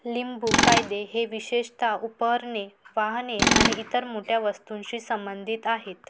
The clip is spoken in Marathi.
लिंबू कायदे हे विशेषतः उपकरणे वाहने आणि इतर मोठ्या वस्तूंशी संबंधित आहेत